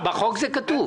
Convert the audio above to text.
בחוק זה כתוב.